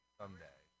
someday